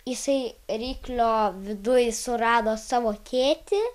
jisai ryklio viduj surado savo tėtį